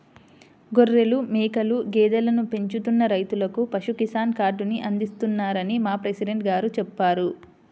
గొర్రెలు, మేకలు, గేదెలను పెంచుతున్న రైతులకు పశు కిసాన్ కార్డుని అందిస్తున్నారని మా ప్రెసిడెంట్ గారు చెప్పారు